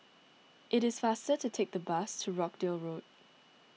it is faster to take the bus to Rochdale Road